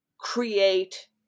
create